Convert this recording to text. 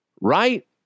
Right